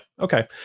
Okay